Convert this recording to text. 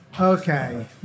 Okay